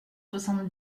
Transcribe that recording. soixante